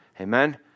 Amen